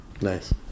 nice